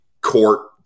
court